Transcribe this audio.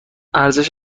ارزش